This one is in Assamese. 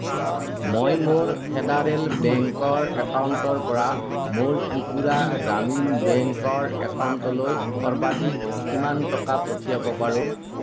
মই মোৰ ফেডাৰেল বেংকৰ একাউণ্টৰ পৰা মোৰ ত্ৰিপুৰা গ্ৰামীণ বেংকৰ একাউণ্টলৈ সৰ্বাধিক কিমান টকা পঠিয়াব পাৰোঁ